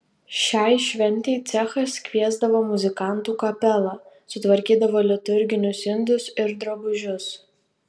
šiai šventei cechas kviesdavo muzikantų kapelą sutvarkydavo liturginius indus ir drabužius